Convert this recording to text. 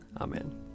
Amen